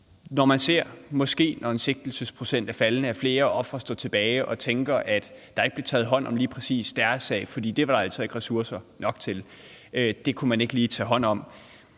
og tænker, at der ikke bliver taget hånd om lige præcis deres sag, for det var der altså ikke ressourcer nok til, det kunne der ikke lige tages hånd om,